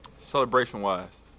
Celebration-wise